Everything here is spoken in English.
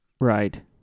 Right